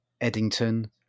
eddington